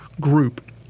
group